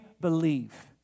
believe